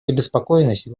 обеспокоенность